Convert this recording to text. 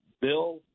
Bill